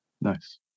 nice